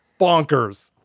bonkers